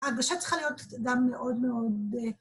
‫ההגשת צריכה להיות גם מאוד מאוד...